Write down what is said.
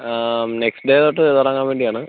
next day തൊട്ട് തുടങ്ങാൻ വേണ്ടിയാണ്